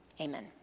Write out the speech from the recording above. Amen